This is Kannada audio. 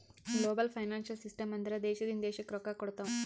ಗ್ಲೋಬಲ್ ಫೈನಾನ್ಸಿಯಲ್ ಸಿಸ್ಟಮ್ ಅಂದುರ್ ದೇಶದಿಂದ್ ದೇಶಕ್ಕ್ ರೊಕ್ಕಾ ಕೊಡ್ತಾವ್